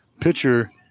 pitcher